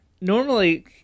normally